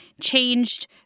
changed